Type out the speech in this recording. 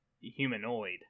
humanoid